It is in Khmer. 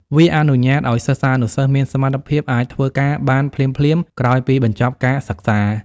វាអនុញ្ញាតឱ្យសិស្សានុសិស្សមានសមត្ថភាពអាចធ្វើការបានភ្លាមៗក្រោយពីបញ្ចប់ការសិក្សា។